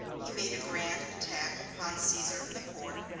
he made a grand attack upon caesar in the port,